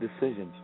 decisions